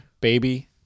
Baby